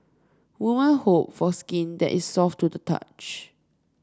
women hope for skin that is soft to the touch